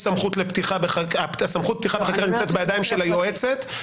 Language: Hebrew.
סמכות פתיחה בחקירה נמצאת בידיים של היועצת,